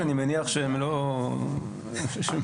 העניין של הבינוי כרגע לא רשום בחוק.